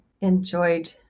enjoyed